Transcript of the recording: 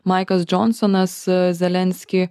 maikas džonsonas zelenskį